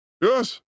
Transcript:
Yes